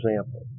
example